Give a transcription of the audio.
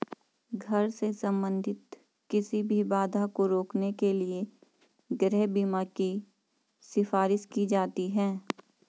घर से संबंधित किसी भी बाधा को रोकने के लिए गृह बीमा की सिफारिश की जाती हैं